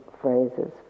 phrases